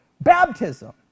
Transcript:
baptism